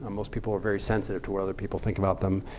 most people are very sensitive to what other people think about them.